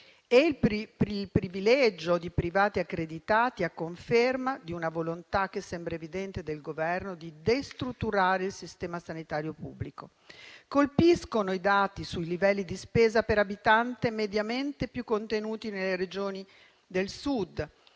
e il privilegio di privati accreditati, a conferma di una volontà del Governo che sembra evidente, tesa a destrutturare il sistema sanitario pubblico. Colpiscono i dati sui livelli di spesa per abitante mediamente più contenuti nelle Regioni del Sud: